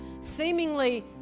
seemingly